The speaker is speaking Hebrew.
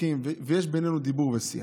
צוחקים ויש בינינו דיבור ושיח.